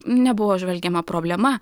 nebuvo įžvelgiama problema